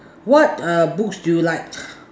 what err books do you like